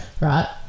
Right